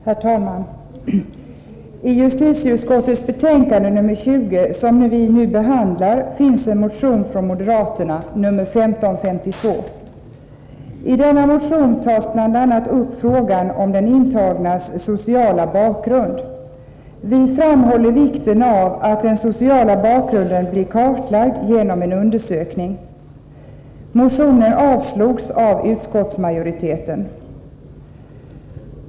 Herr talman! I justitieutskottets betänkande nr 20 behandlas en motion från moderaterna, nr 1522. I denna motion tas bl.a. upp frågan om den intagnes sociala bakgrund. Vi framhåller vikten av att den sociala bakgrunden blir kartlagd genom en undersökning. Motionen avstyrktes av utskottsmajoriteten.